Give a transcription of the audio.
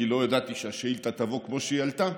כי לא ידעתי שהשאילתה תבוא כמו שהיא עלתה,